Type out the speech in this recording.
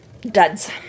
duds